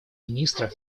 министра